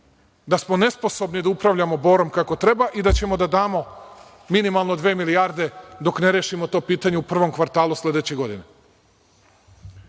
da smo nesposobni da upravljamo „Borom“ kako treba i da ćemo da damo minimalno dve milijarde dok ne rešimo to pitanje u prvom kvartalu sledeće godine.